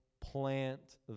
Plant